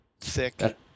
thick